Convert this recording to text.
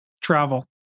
travel